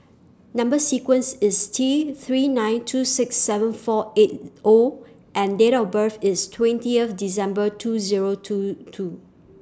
Number sequence IS T three nine two six seven four eight O and Date of birth IS twentieth December two Zero two two